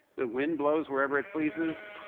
the wind blows wherever it pleases,